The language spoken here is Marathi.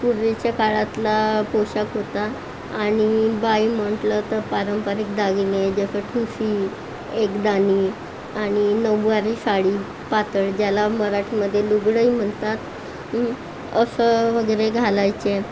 पूर्वीच्या काळातला पोशाख होता आणि बाई म्हटलं तर पारंपरिक दागिने जसं ठुशी एकदाणी आणि नऊवारी साडी पातळ ज्याला मराठीमधे लुगडंही म्हणतात असं वगैरे घालायचे